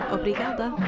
Obrigada